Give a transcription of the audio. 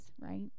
right